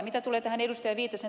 mitä tulee ed